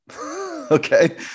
Okay